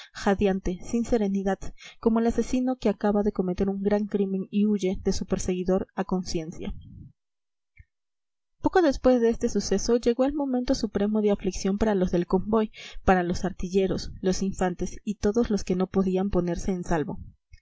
jadeante sin serenidad como el asesino que acaba de cometer un gran crimen y huye de su perseguidor a conciencia poco después de este suceso llegó el momento supremo de aflicción para los del convoy para los artilleros los infantes y todos los que no podían ponerse en salvo